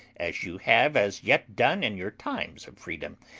as you have as yet done in your times of freedom,